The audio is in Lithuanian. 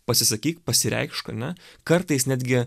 pasisakyk pasireikš ar ne kartais netgi